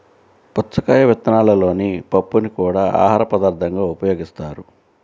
పుచ్చకాయ విత్తనాలలోని పప్పుని కూడా ఆహారపదార్థంగా ఉపయోగిస్తారు